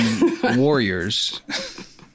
warriors